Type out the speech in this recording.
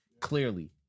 Clearly